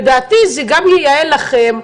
לדעתי זה גם ייעל לכם.